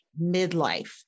midlife